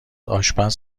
آشپز